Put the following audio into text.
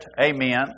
Amen